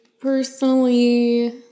Personally